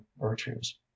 virtues